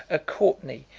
a courtenay,